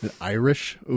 Irish